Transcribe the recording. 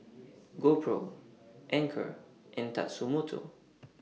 GoPro Anchor and Tatsumoto